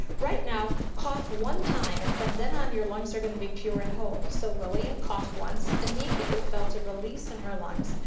right now, cough one time and from then on, your lungs are going to be pure and whole. so, lillian coughed once and immediately felt a release in her lungs.